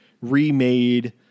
remade